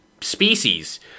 species